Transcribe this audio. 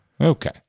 Okay